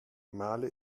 malé